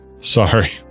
Sorry